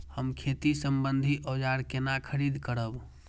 हम खेती सम्बन्धी औजार केना खरीद करब?